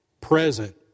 Present